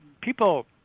People